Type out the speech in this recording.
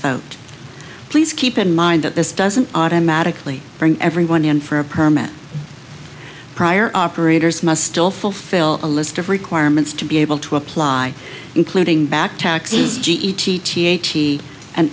vote please keep in mind that this doesn't automatically bring everyone in for a permit prior operators must still fulfill a list of requirements to be able to apply including back taxes g e t t h e and